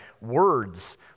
words